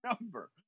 number